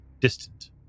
distant